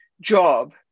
job